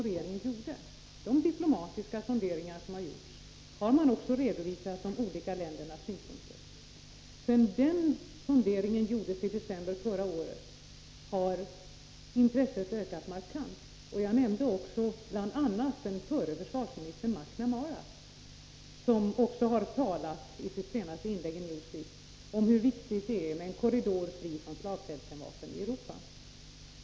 I anslutning till de diplomatiska sonderingar som regeringen gjorde har man också redovisat de olika ländernas synpunkter. Sedan de sonderingarna gjordes i december förra året har intresset ökat markant. Jag nämnde också bl.a. den förre försvarsministern McNamara, som i sitt senaste inlägg i Newsweek också har talat om hur viktigt det är med en korridor i Europa, fri från slagfältskärnvapen.